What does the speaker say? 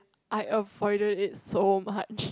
I avoided it so much